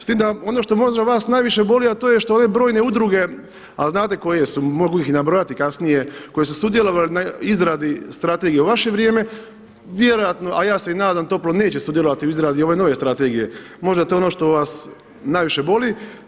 S tim da, ono što možda vas najviše boli a to je što ove brojne udruge, a znate koje su, mogu ih nabrojati kasnije, koje su sudjelovale na izradi strategije i u vaše vrijeme, vjerojatno, a ja se i nadam toplo, neće sudjelovati u izradi ove nove strategije, možda je to ono što vas najviše boli.